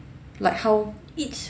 like how